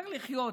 צריך לחיות.